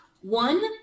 One